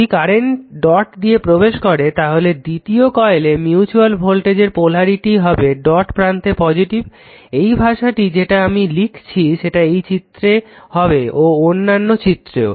যদি current dot দিয়ে প্রবেশ করে তাহলে দ্বিতীয় কয়েলে মিউচুয়াল ভোল্টেজের পোলারিটি হবে ডট প্রান্তে পজিটিভ এই ভাষাটি যেটা আমি লিখেছি সেটা এই চিত্রে হবে ও অন্যান্য চিত্রেও